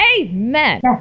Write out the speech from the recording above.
Amen